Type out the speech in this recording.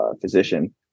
physician